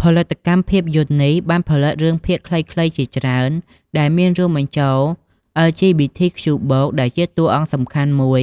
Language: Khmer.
ផលិតកម្មភាពយន្តនេះ បានផលិតរឿងភាគខ្លីៗជាច្រើន ដែលមានរួមបញ្ចូល អិល ជី ប៊ី ធី ខ្ជូ បូក (LGBTQ+) ដែលជាតួអង្គសំខាន់មួយ